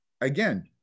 again